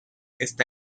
está